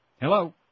Hello